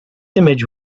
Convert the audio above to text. image